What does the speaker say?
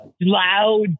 loud